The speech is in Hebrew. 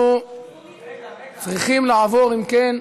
אם כן,